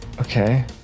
Okay